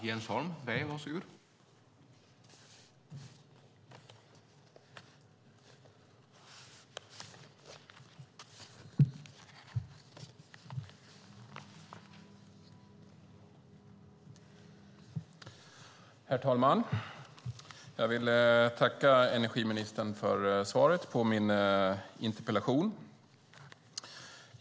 Herr talman! Jag vill tacka energiministern för svaret på min interpellation.